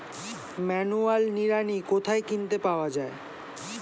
Manual নিড়ানি কোথায় কিনতে পাওয়া যায়?